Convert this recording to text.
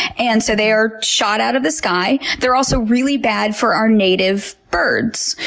and so they're shot out of the sky. they're also really bad for our native birds.